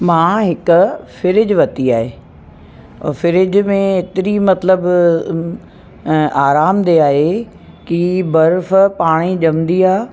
मां हिकु फ्रिज वरिती आहे हो फ्रिज में एतिरी मतिलबु आराम देह आहे कि बर्फ पाणे ई जमंदी आहे